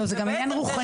לא, זה גם עניין רוחני.